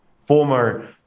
former